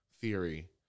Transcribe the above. theory